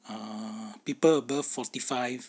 uh people above forty five